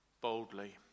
boldly